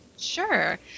Sure